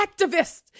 activists